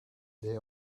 they